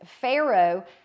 Pharaoh